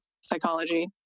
psychology